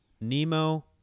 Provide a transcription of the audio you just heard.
Nemo